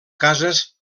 cases